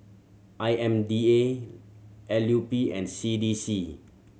I M D A L U P and C D C